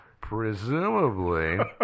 presumably